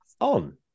on